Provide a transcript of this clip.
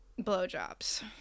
blowjobs